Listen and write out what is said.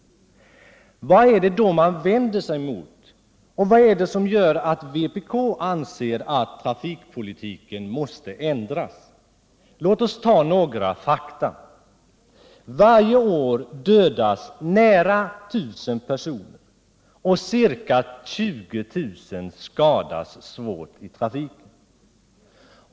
Vad är det då man vänder sig mot och vad är det som gör att vpk anser att trafikpolitiken måste ändras? — Låt oss ta några fakta. Varje år dödas nära 1000 personer och ca 20 000 skadas svårt i trafiken.